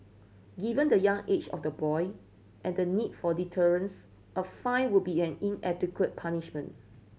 given the young age of the boy and the need for deterrence a fine would be an inadequate punishment